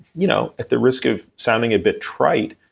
you know at the risk of sounding a bit trite,